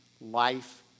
life